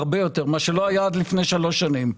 הרבה יותר, מה שלא היה עד לפני שלוש שנים.